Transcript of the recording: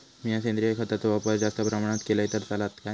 मीया सेंद्रिय खताचो वापर जास्त प्रमाणात केलय तर चलात काय?